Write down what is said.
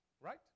Right